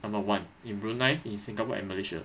number one in brunei in singapore and malaysia